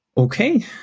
Okay